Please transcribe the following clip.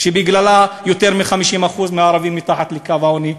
שבגללה יותר מ-50% מהערבים מתחת לקו העוני.